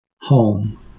home